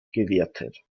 gewertet